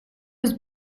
was